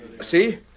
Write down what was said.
See